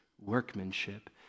workmanship